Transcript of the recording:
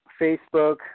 Facebook